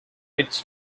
its